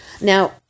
Now